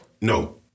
No